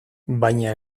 baina